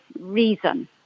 reason